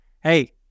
hey